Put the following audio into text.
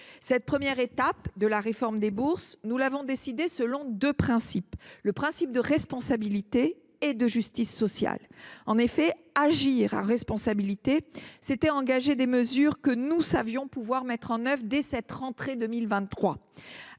Cette première étape de la réforme des bourses, nous l’avons décidée selon deux principes : la responsabilité et la justice sociale. Agir en responsabilité, c’était n’engager que des mesures que nous savions pouvoir mettre en œuvre dès cette rentrée 2023.